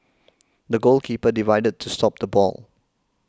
the goalkeeper dived to stop the ball